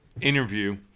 interview